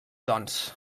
doncs